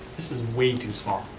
this is way too small,